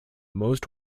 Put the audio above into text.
most